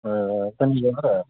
सेंग्राफोरा